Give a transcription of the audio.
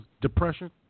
depression